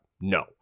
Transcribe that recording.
No